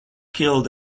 killed